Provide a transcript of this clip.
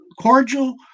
cordial